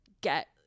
get